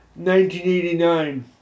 1989